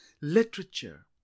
Literature